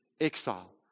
exile